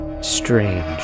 Strange